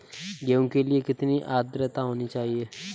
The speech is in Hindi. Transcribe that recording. गेहूँ के लिए कितनी आद्रता होनी चाहिए?